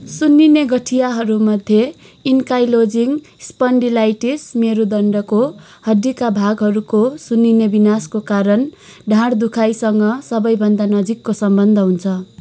सुन्निने गठियाहरूमध्ये ankylosing spondylitis मेरुदण्डको हड्डीका भागहरूको सुन्निने विनाशको कारण ढाड दुखाइसँग सबैभन्दा नजिकको सम्बन्ध हुन्छ